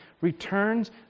returns